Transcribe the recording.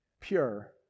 pure